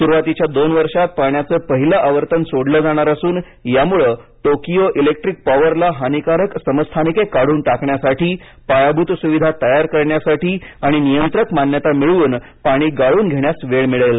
सुरुवातीच्या दोन वर्षांत पाण्याचे पहिले आवर्तन सोडले जाणार असून यामुळे टोकियो इलेक्ट्रिक पॉवरला हानिकारक समस्थानिके काढून टाकण्यासाठी पायाभूत सुविधा तयार करण्यासाठी आणि नियंत्रक मान्यता मिळवून पाणी गाळून घेण्यास वेळ मिळेल